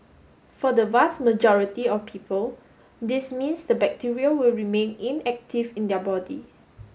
for the vast majority of people this means the bacteria will remain inactive in their body